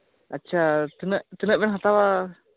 ᱟᱪᱪᱷᱟ ᱛᱤᱱᱟᱹᱜ ᱛᱤᱱᱟᱹᱜ ᱵᱮᱱ ᱦᱟᱛᱟᱣᱟ